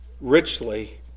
richly